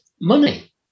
money